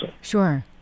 Sure